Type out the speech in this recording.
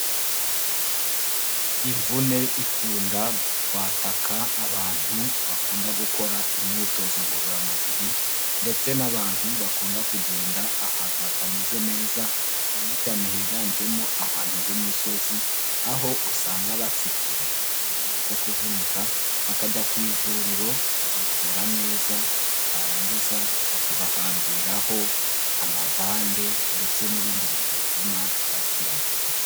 Imvune ikunda kwataka abantu bakunda gukora imyitozo ngororamubiri ndetse n'abantu bakunda kugenda ahantu hatameze neza, cyane cyane higanjemo ahantu h'imisozi aho usanga batsikira, iyo bamaze kuvunika bakajya ku ivuriro, babavura neza barangiza bakabahambiraho amabande ndetse n'ibindi bintu bituma bakira vuba.